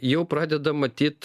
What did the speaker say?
jau pradeda matyt